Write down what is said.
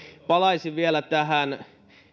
palaisin vielä tähän